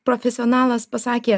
profesionalas pasakė